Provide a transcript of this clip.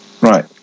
Right